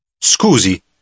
Scusi